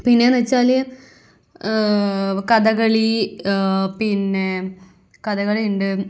പിന്നേന്ന് വെച്ചാൽ കഥകളി പിന്നെ കഥകളിയുണ്ട്